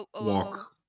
walk